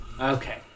okay